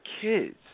kids